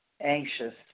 anxious